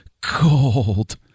cold